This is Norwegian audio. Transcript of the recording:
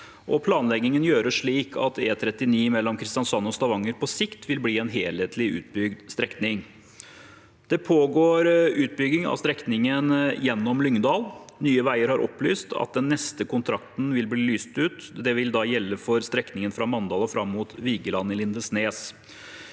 planleggingen gjøres slik at E39 mellom Kristiansand og Stavanger på sikt vil bli en helhetlig utbygd strekning. Det pågår utbygging av strekningen gjennom Lyngdal. Nye veier har opplyst at den neste kontrakten vil bli lyst ut. Det vil gjelde for strekningen fra Mandal og fram mot Vigeland i Lindesnes.